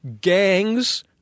Gangs